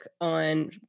on